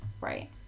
Right